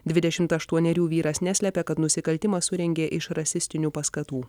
dvidešimt aštuonerių vyras neslepia kad nusikaltimą surengė iš rasistinių paskatų